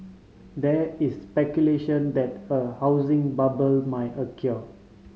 there is speculation that a housing bubble may occur